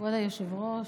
כבוד היושב-ראש,